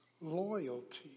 loyalty